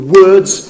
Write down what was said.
words